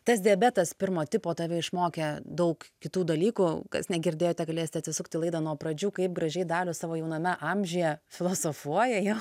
tas diabetas pirmo tipo tave išmokė daug kitų dalykų kas negirdėjote galėsite atsisukti laidą nuo pradžių kaip gražiai dalius savo jauname amžiuje filosofuoja jau